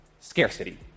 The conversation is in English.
Scarcity